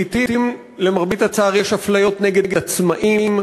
לעתים, למרבה הצער, יש אפליות נגד עצמאים.